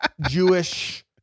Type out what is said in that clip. Jewish